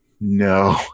no